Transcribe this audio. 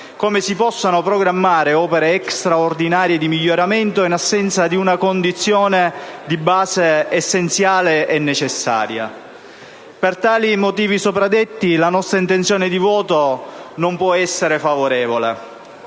come si possano programmare opere straordinarie di miglioramento in assenza di una condizione di base essenziale e necessaria. Per i motivi sopra detti la nostra intenzione di voto riguardo tale